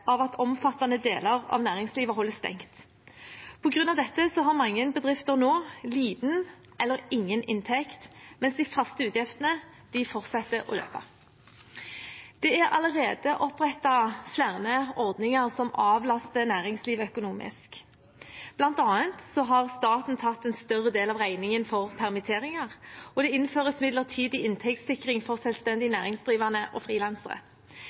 av at omfattende deler av næringslivet holder stengt. På grunn av dette har mange bedrifter nå liten eller ingen inntekt, mens de faste utgiftene fortsetter å løpe. Det er allerede opprettet flere ordninger som avlaster næringslivet økonomisk. Blant annet har staten tatt en større del av regningen for permitteringer, og det innføres midlertidig inntektssikring for selvstendig næringsdrivende og frilansere.